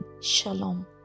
Shalom